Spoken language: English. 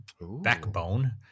Backbone